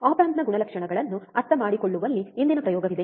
ಇಂದಿನ ಪ್ರಯೋಗ ಆಪ್ ಆಂಪ್ನ ಗುಣಲಕ್ಷಣಗಳನ್ನು ಅರ್ಥಮಾಡಿಕೊಳ್ಳುವಲ್ಲಿ ಇದೆ